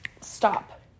stop